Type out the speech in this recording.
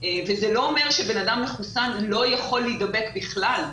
וזה לא אומר שבן אדם מחוסן לא יכול להידבק בכלל,